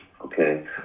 Okay